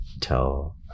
tell